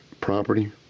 property